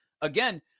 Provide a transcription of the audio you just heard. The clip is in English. again